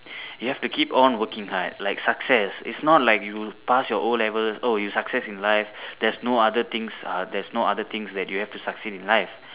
you have to keep on working hard like success is not like you pass your O-levels oh you success in life theres no other things uh theres no other things you have to succeed in life